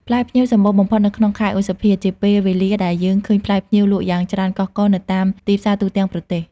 ផ្លែផ្ញៀវសម្បូរបំផុតនៅក្នុងខែឧសភា ជាពេលវេលាដែលយើងឃើញផ្លែផ្ញៀវលក់យ៉ាងច្រើនកុះករនៅតាមទីផ្សារទូទាំងប្រទេស។